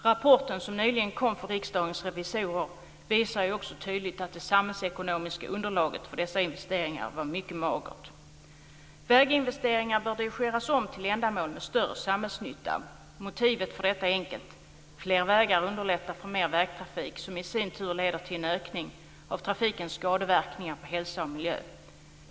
Rapporten som nyligen kom från Riksdagens revisorer visar ju också tydligt att det samhällsekonomiska underlaget för dessa investeringar var mycket magert. Väginvesteringar bör dirigeras om till ändamål med större samhällsnytta. Motivet för detta är enkelt. Fler vägar underlättar för mer vägtrafik som i sin tur leder till en ökning av trafikens skadeverkningar på hälsa och miljö.